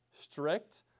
Strict